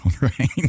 right